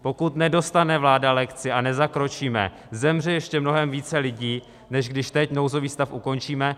Pokud nedostane vláda lekci a nezakročíme, zemře ještě mnohem více lidí, než když teď nouzový stav ukončíme.